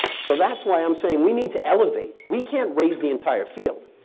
so that's why i'm saying we need to elevate. we can't raise the entire field.